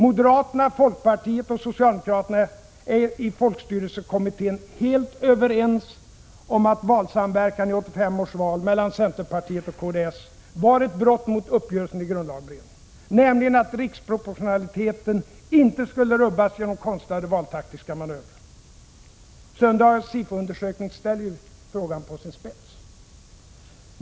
Moderaterna, folkpartisterna och socialdemokraterna är i folkstyrelsekommittén helt överens om att valsamverkan mellan centerpartiet och kds i 1985 års val var ett brott mot uppgörelsen i grundlagberedningen, nämligen att riksproportionaliteten inte skulle rubbas genom konstlade valtaktiska manövrer. Söndagens SIFO-undersökning ställer ju frågan på sin spets.